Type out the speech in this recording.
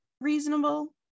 reasonable